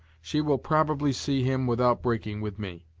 she will probably see him without breaking with me.